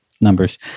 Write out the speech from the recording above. numbers